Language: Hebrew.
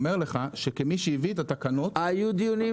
אני אומר לך כמי שהביא את התקנות שהיו דיונים.